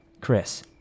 Chris